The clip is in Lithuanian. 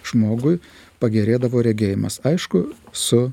žmogui pagerėdavo regėjimas aišku su